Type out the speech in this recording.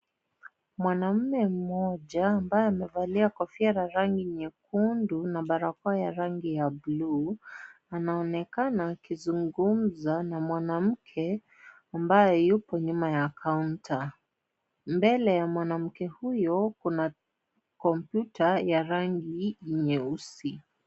Mwanaume mmoja ambaye amevalia kofia la rangi nyekundu na barakoa ya rangi ya bluu, anaonekana akizungumza na mwanamke ambaye yuko nyuma ya kaunta. Mbele ya mwanamke huyo, kuna kompyuta ya rangi nyeusi.